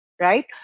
right